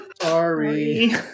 Sorry